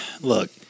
look